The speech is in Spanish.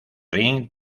rin